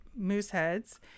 Mooseheads